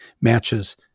matches